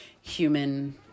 human